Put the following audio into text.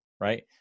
Right